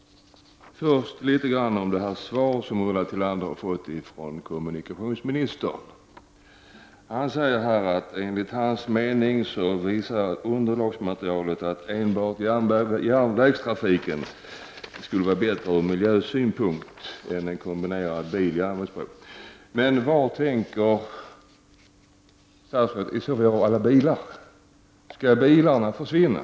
Först vill jag beröra litet grand av det svar som Ulla Tillander fått av kommunikationsministern. Han säger att underlagsmaterialet visar att enbart järnvägstrafik'skulle vara bättre ur miljösynpunkt än en bro för kombinerad biloch järnvägstrafik. Men vad tänker statsrådet i så fall göra av alla bilar? Skall bilarna försvinna?